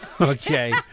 Okay